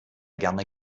gerne